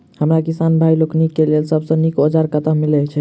हमरा किसान भाई लोकनि केँ लेल सबसँ नीक औजार कतह मिलै छै?